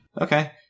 Okay